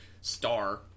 star